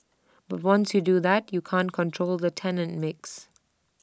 but once you do that you can't control the tenant mix